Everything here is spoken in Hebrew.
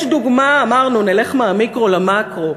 יש דוגמה, אמרנו נלך מהמיקרו למקרו,